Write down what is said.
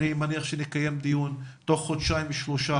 אני מניח שנקיים דיון תוך חודשיים-שלושה,